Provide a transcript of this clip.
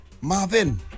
Marvin